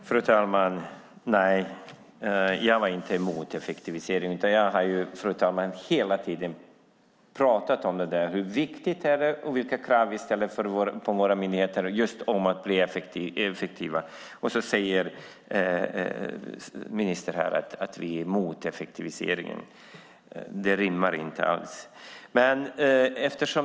Fru talman! Nej, jag är inte emot effektivisering, utan jag har hela tiden pratat om hur viktigt det är att våra myndigheter är effektiva och vilka krav vi ställer på dem. Så säger ministern här att vi är emot effektiviseringen. Det stämmer inte alls.